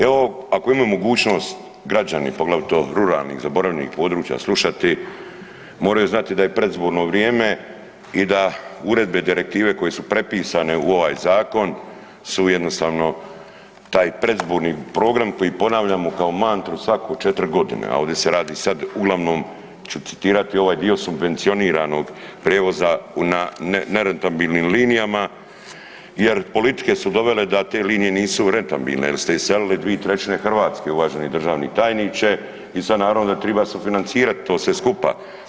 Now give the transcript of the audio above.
Evo ako imaju mogućnost građani poglavito ruralnih zaboravljenih područja slušati moraju znati da je predizborno vrijeme i da uredbe, direktive koje su prepisane u ovaj zakon su jednostavno taj predizborni program koji ponavljamo kao mantru svake 4 godine, a ovdje se radi sada uglavnom ću citirati ovaj dio subvencioniranog prijevoza na nerentabilnim linijama jer politike su dovele da te linije nisu rentabilne, jer ste iselili 2/3 Hrvatske uvaženi državni tajniče i sada naravno da treba sufinancirati to sve skupa.